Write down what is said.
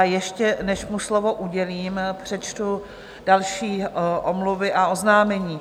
Ještě než mu slovo udělím, přečtu další omluvy a oznámení.